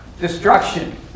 destruction